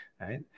right